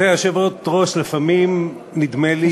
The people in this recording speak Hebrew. גברתי היושבת-ראש, לפעמים נדמה לי